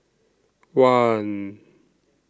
one